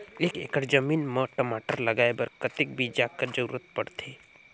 एक एकड़ जमीन म टमाटर लगाय बर कतेक बीजा कर जरूरत पड़थे?